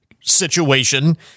situation